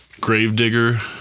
Gravedigger